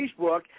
Facebook